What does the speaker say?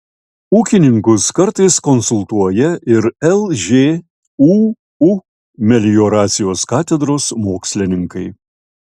ūkininkus kartais konsultuoja ir lžūu melioracijos katedros mokslininkai